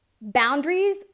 boundaries